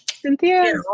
Cynthia